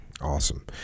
Awesome